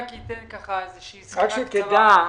רק שתדע,